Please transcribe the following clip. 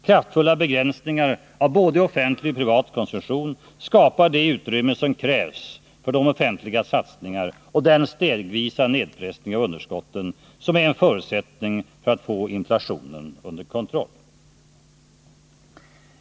Kraftfulla begränsningar av både offentlig och privat konsumtion skapar det utrymme som krävs för de offentliga satsningar och den stegvisa nedpressning av underskotten som är en förutsättning för att få inflationen under kontroll.